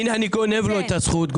הנה, אני גונב לו את הזכות.